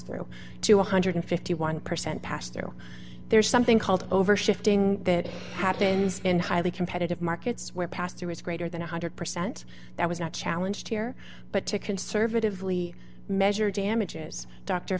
through to one hundred and fifty one percent passed through there's something called over shifting that happens in highly competitive markets where pastor is greater than one hundred percent that was not challenge here but to conservatively measure damages dr